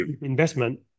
investment